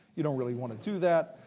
you don't really want to do that.